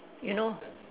you know